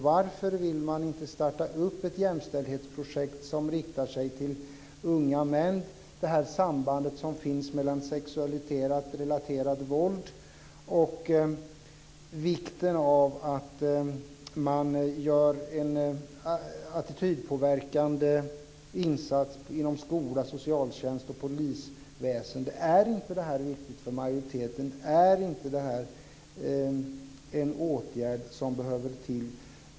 Varför vill man inte starta ett jämställdhetsprojekt som riktar sig till unga män när det gäller det samband som finns mellan sexualiserat våld och vikten av att man gör en attitydpåverkande insats inom skola, socialtjänst och polisväsende? Är inte det här viktigt för majoriteten? Är inte det här en åtgärd som behövs?